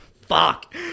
Fuck